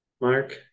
Mark